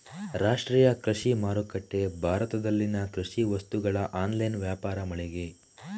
ರಾಷ್ಟ್ರೀಯ ಕೃಷಿ ಮಾರುಕಟ್ಟೆ ಭಾರತದಲ್ಲಿನ ಕೃಷಿ ವಸ್ತುಗಳ ಆನ್ಲೈನ್ ವ್ಯಾಪಾರ ಮಳಿಗೆ